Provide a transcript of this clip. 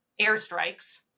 airstrikes